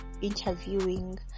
interviewing